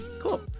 cool